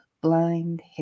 blind